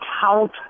Count